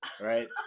Right